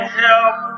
help